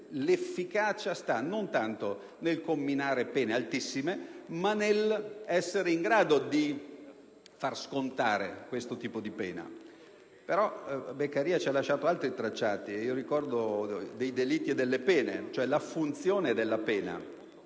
l'efficacia sta non tanto nel comminare pene altissime, ma nell'essere in grado di far scontare questo tipo di pena. Beccaria, però, ci ha lasciato altri tracciati. Ricordo "Dei delitti e delle pene", concernente la funzione della pena,